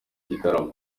gitaramo